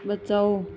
बचाओ